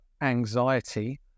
anxiety